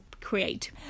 create